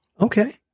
okay